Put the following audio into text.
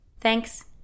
Thanks